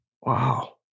Wow